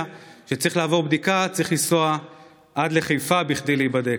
שצריך לעבור בדיקה צריך לנסוע עד לחיפה כדי להיבדק.